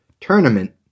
Tournament